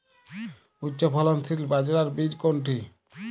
উচ্চফলনশীল বাজরার বীজ কোনটি?